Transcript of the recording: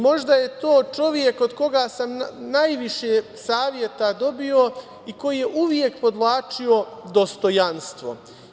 Možda je to čovek od koga sam najviše saveta dobio i koji je uvek podvlačio dostojanstvo.